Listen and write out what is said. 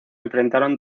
enfrentaron